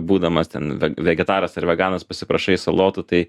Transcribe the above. būdamas ten ve vegetaras ar veganas pasiprašai salotų tai